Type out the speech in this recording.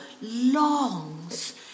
longs